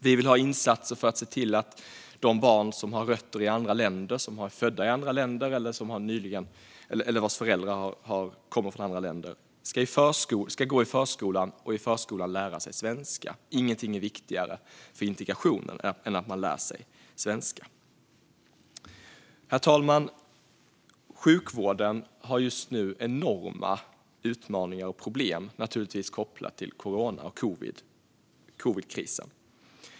Vi vill ha insatser för att de barn som har rötter i andra länder, antingen de själva eller deras föräldrar är födda i andra länder, ska gå i förskolan och lära sig svenska där. Ingenting är viktigare för integrationen än att man lär sig svenska. Herr talman! Sjukvården har just nu enorma utmaningar och problem, naturligtvis kopplat till corona och covidkrisen.